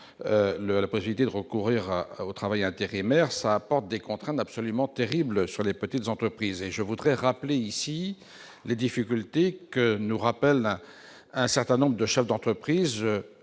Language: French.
le projet de recourir au travail intérimaire ça apporte des contraintes absolument terribles sur les petites entreprises et je voudrais rappeler ici les difficultés que nous rappelle un certain nombre de chefs d'entreprise,